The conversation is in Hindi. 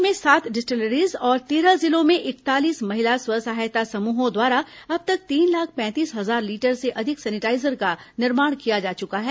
प्रदेश में सात डिस्टिलरीज और तेरह जिलों में इकतालीस महिला स्व सहायता समूहों द्वारा अब तक तीन लाख पैंतीस हजार लीटर से अधिक सैनिटाईजर का निर्माण किया जा चुका है